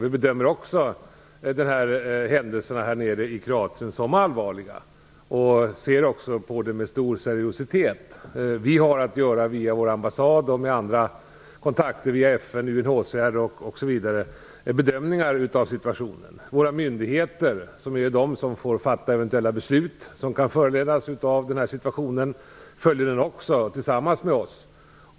Vi bedömer också händelserna i Kroatien som allvarliga och ser på dem med stor seriositet. Via vår ambassad, FN, UNHCR osv. gör vi bedömningar av situationen. Våra myndigheter, som får fatta eventuella beslut som kan föranledas av den här situationen, följer utvecklingen tillsammans med oss.